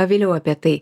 vėliau apie tai